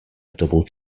double